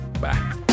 Bye